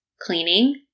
cleaning